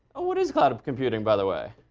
oh, what is cloud computing by the way,